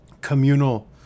communal